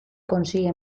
consigue